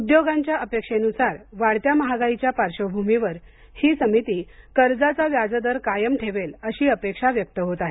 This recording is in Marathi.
उद्योगांच्या अपेक्षेनुसार वाढत्या महागाईच्या पार्श्वभूमीवर ही समिती कर्जाचा व्याजदर कायम ठेवेल अशी अपेक्षा व्यक्त होत आहे